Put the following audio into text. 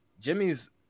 jimmy's